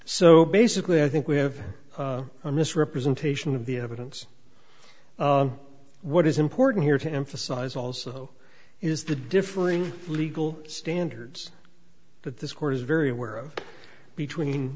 so basically i think we have a misrepresentation of the evidence what is important here to emphasize also is the differing legal standards that this court is very aware of between